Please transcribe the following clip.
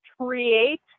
create